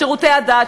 שירותי הדת,